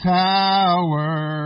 tower